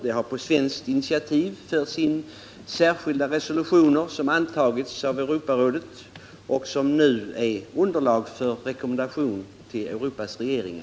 På svenskt initiativ har Europarådet antagit särskilda resolutioner som nu är underlag för rekommendationer till Europas regeringar.